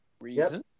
Reason